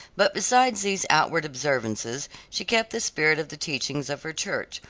but besides these outward observances she kept the spirit of the teachings of her church,